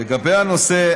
לגבי הנושא,